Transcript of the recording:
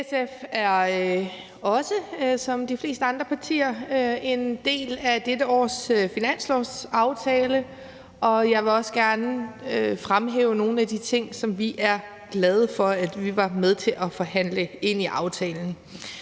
SF er som de fleste andre partier også en del af dette års finanslovsaftale. Jeg vil også gerne fremhæve nogle af de ting, som vi er glade for at vi var med til at forhandle ind i aftalen.